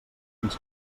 fins